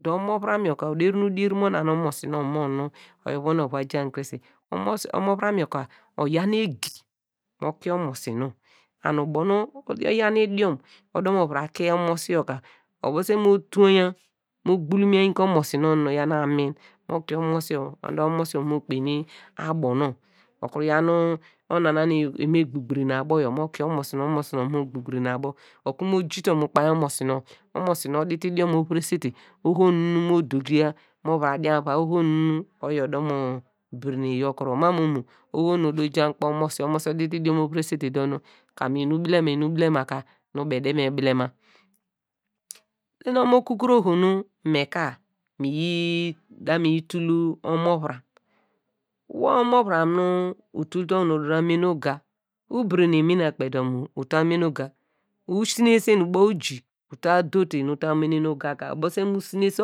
Dor omo vuram yor ka oderin ude udier mona nu ovon oyi ova jaan krese omosi, omovuram yor ka oyaw nu egi mo ku omosi nonw, oyor ubo nu oyaw idiom ode va ta kie omosi yor ka obese mo twaya, mo gbulman ke omosi nonw mi oyaw nu amin mo kie omosi yor dor omosi yor ova mo kpene abo nonw. Okuru yaw ova nanu eva me gbugberene abo yor ova me kie omosi nown, omosi nonw ova mo gbugberene abo okuru mo ja utor mu ukpainy omosi nonw, omosi nonw odite ldiom ovoresete oho nu nu mọ dogia mo va dian mu uvai, oho nu oyi oda mo berene yorkuro mam omo oho nu ode yi ja mu ukpainy omosi yor, omosi yor odite ldiom yor ovoresete dor nu kam enu bilema ka be ede me bilema, lnwin okukuru oho nu me ka me. yi da mi yi tul omovuram wor omovuram nu utul te okunu uda mene uga, uberene mina kpe dor uta mene uga, usinese ubo lyi. uta dote nu uta mene nu uga ka, ubese mu sinese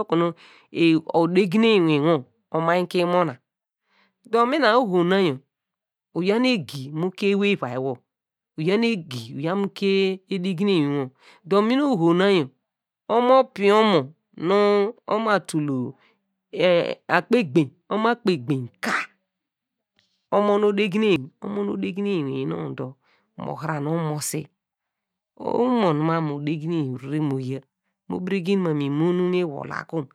oku nu, odegne lnwo oma ku mona, dor mina oho na yor, uyaw nu egi mu kie ewey uvai wor, uyaw nu egi uyaw mu kie edegne lnwinwo dor mina oho na yor omo piyi omo nu oma tul akpe igbeny ka omon odegne omon odegne lnwin nonw ka, omon odegne lnwin nonw dor mor hira nu omosi, omon mam mu odegne orere mo yia, mo beregen mem mu imo mi wol ka kom.